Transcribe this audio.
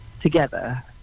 together